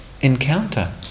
encounter